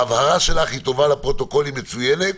ההבהרה שלך היא טובה לפרוטוקול, היא מצוינת.